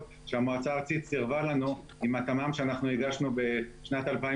שהמועצה הארצית סירבה לנו עם התמ"מ שהגשנו בשנת 2006,